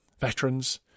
veterans